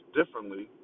differently